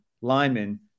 lineman